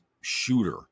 shooter